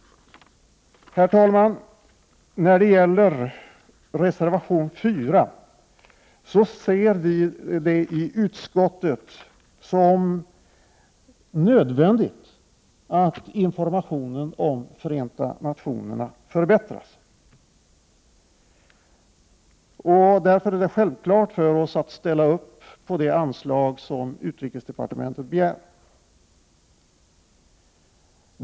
Herr talman! Med anledning av reservation 4 vill jag säga att vi i utskottet ser det som nödvändigt att informationen om Förenta nationerna förbättras. Därför är det självklart för oss att ställa upp på det anslag som utrikesdepartementet begär.